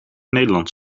nederlands